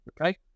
okay